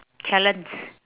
challenge